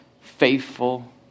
faithful